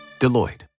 Deloitte